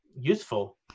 useful